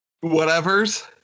Whatever's